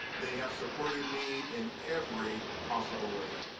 they have supported me in every possible way.